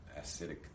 acidic